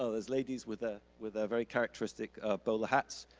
ah there's ladies with ah with their very characteristic bowler hats.